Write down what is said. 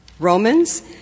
Romans